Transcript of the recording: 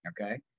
okay